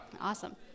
Awesome